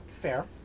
Fair